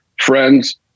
friends